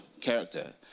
character